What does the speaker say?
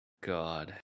God